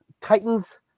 Titans